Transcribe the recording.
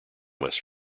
west